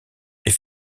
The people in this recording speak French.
est